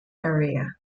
area